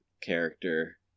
character